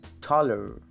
Taller